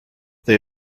they